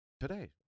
today